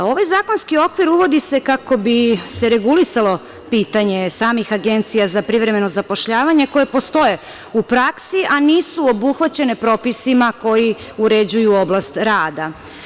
Ovaj zakonski okvir uvodi se kako bi se regulisalo pitanje samih agencija za privremeno zapošljavanje koje postoje u praksi, a nisu obuhvaćene propisima koji uređuju oblast rada.